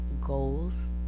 goals